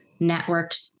networked